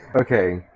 Okay